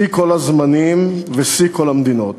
שיא כל הזמנים ושיא כל המדינות.